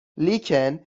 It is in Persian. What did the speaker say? لیکن